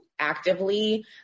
Actively